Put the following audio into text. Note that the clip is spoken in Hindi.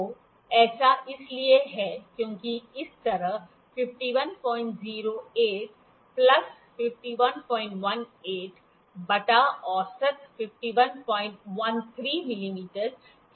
तो ऐसा इसलिए है क्योंकि इस तरह 5108 प्लस 5118 बटा 2 औसत 5113mm के बराबर है